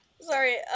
Sorry